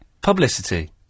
Publicity